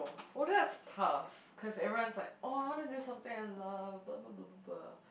well that's tough because everyone's like oh I wanna do something I love blah blah blah blah blah